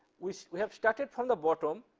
we we have started from the bottom,